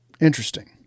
Interesting